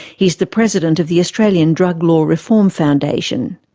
he is the president of the australian drug law reform foundation.